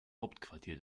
hauptquartier